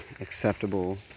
acceptable